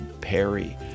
Perry